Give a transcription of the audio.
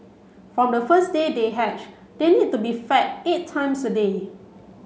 from the first day they hatch they need to be fed eight times a day